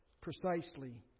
precisely